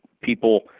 people